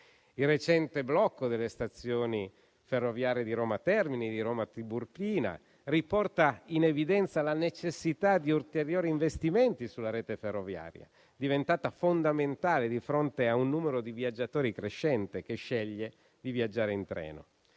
Il recente blocco delle stazioni ferroviarie di Roma Termini e di Roma Tiburtina riporta in evidenza la necessità di ulteriori investimenti sulla rete ferroviaria, diventata fondamentale di fronte a un numero di viaggiatori crescente che sceglie di viaggiare in treno.